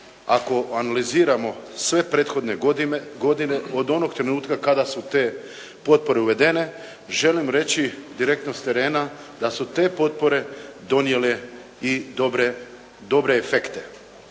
ako analiziramo sve prethodne godine od onog trenutka kada su te potpore uvedene želim reći direktno s terena da su te potpore donijele i dobre efekte.